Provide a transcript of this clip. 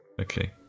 Okay